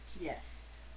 Yes